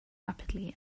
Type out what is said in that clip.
rapidly